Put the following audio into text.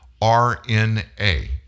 RNA